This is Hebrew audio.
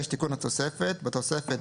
תיקון התוספת6.בתוספת,